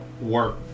work